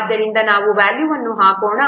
ಆದ್ದರಿಂದ ನಾವು ವ್ಯಾಲ್ಯೂವನ್ನು ಹಾಕೋಣ